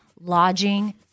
lodging